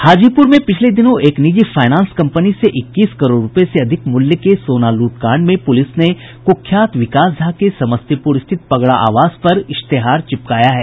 हाजीपुर में पिछले दिनों एक निजी फायनांस कंपनी से इक्कीस करोड़ रूपये से अधिक मूल्य के सोना लूट कांड में पुलिस ने कुख्यात विकास झा के समस्तीपुर स्थित पगड़ा आवास पर इश्तेहार चिपकाया है